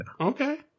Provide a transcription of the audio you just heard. Okay